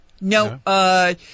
no